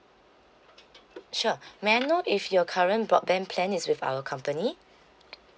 sure may I know if your current broadband plan is with our company